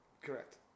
Correct